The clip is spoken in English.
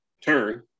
turn